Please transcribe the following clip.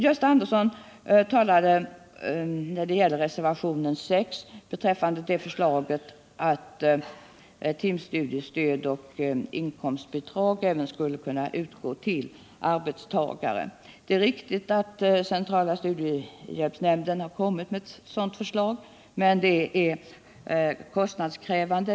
Gösta Andersson sade beträffande reservationen 6 att timstudiestöd och inkomstbidrag borde kunna utgå även till andra än arbetstagare. Det är riktigt att centrala studiehjälpsnämnden har lagt fram ett sådant förslag, men det är kostnadskrävande.